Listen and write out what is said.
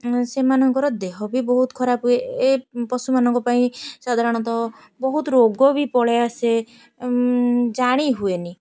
ସେମାନଙ୍କର ଦେହ ବି ବହୁତ ଖରାପ ହୁଏ ଏ ପଶୁମାନଙ୍କ ପାଇଁ ସାଧାରଣତଃ ବହୁତ ରୋଗ ବି ପଳାଇ ଆସେ ଜାଣି ହୁଏନି